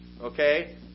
okay